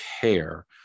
care